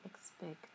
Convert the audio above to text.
expect